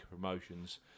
promotions